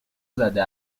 زده